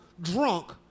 drunk